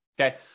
Okay